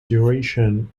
duration